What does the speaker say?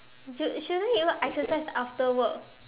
shou~ shouldn't you exercise after work